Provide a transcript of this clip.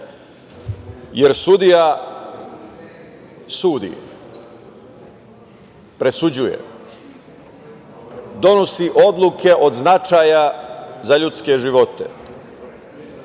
jer sudija sudi, presuđuje, donosi odluke od značaja za ljudske živote,